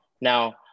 Now